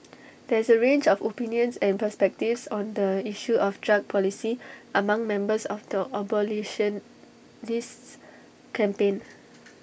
there is A range of opinions and perspectives on the issue of drug policy among members of the abolitionists campaign